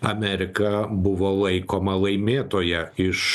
amerika buvo laikoma laimėtoja iš